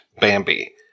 Bambi